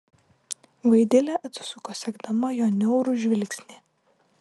vaidilė atsisuko sekdama jo niaurų žvilgsnį